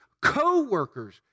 co-workers